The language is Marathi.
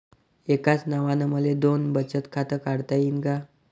एकाच नावानं मले दोन बचत खातं काढता येईन का?